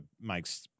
makes